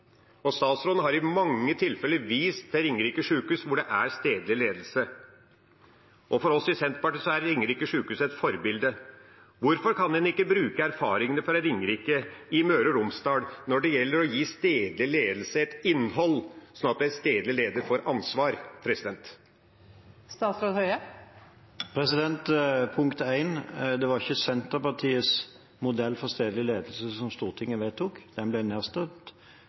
og statsråden har ved mange tilfeller vist til Ringerike sykehus, hvor det er stedlig ledelse. For oss i Senterpartiet er Ringerike sykehus et forbilde. Hvorfor kan en ikke bruke erfaringene fra Ringerike i Møre og Romsdal når det gjelder å gi stedlig ledelse et innhold, sånn at en stedlig leder får ansvar? Punkt nr. 1: Det var ikke Senterpartiets modell for stedlig ledelse Stortinget vedtok. Den ble nedstemt.